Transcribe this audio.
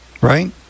right